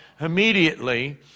immediately